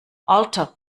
alter